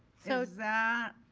so that,